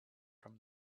from